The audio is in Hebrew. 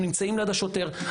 הם נמצאים ליד השוטר,